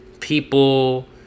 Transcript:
people